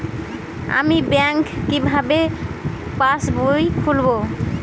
আমি ব্যাঙ্ক কিভাবে পাশবই খুলব?